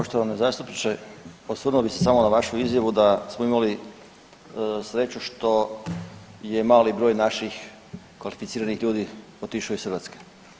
Poštovani zastupniče, osvrnuo bi se samo na vašu izjavu da smo imali sreću što je mali broj naših kvalificiranih ljudi otišao iz Hrvatske.